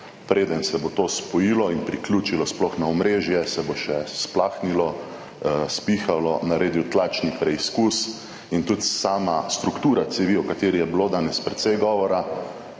Preden se bo to spojilo in priključilo sploh na omrežje, se bo še splahnilo, spihalo, naredil tlačni preizkus in tudi sama struktura cevi, o kateri je bilo danes precej govora,